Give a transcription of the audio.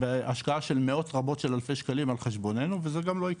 בהשקעה של מאות רבות של אלפי שקלים על חשבוננו וזה גם לא יקרה,